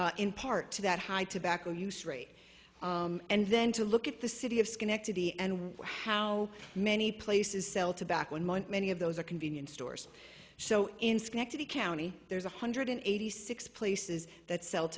in part to that high tobacco use rate and then to look at the city of schenectady and how many places sell tobacco in month many of those are convenience stores so in schenectady county there's one hundred eighty six places that sell